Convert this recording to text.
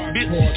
Bitch